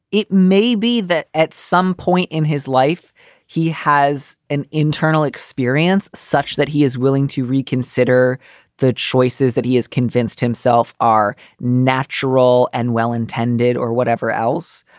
it may be that at some point in his life he has an internal experience such that he is willing to reconsider the choices that he has convinced himself are natural and well-intended or whatever else.